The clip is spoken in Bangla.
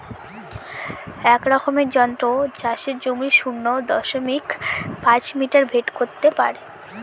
এক রকমের যন্ত্র চাষের জমির শূন্য দশমিক পাঁচ মিটার ভেদ করত পারে